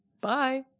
Bye